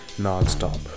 Nonstop